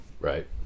Right